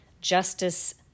justice